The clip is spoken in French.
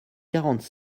quarante